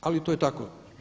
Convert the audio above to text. Ali to je tako.